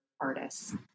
artists